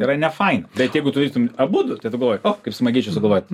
tai yra nefaina bet jeigu tu darytum abudu tai tada galvoji o kaip smagiai čia sugalvojot